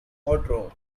courtroom